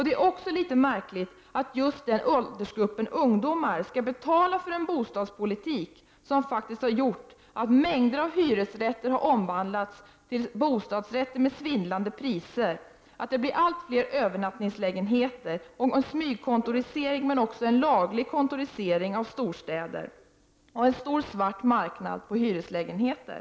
Det är också litet märkligt att just gruppen ungdomar skall betala för en bostadspolitik som har gjort att mängder av hyresrätter har omvandlats till bostadsrätter med svindlande priser, att det blir allt fler övernattningslägenheter och smygkontorisering men också laglig kontorisering i storstäder samt en stor svart marknad med hyreslägenheter.